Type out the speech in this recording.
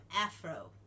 Afro